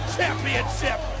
Championship